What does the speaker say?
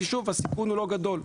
תודה רבה.